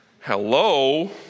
Hello